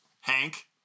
Hank